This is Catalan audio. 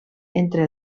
entre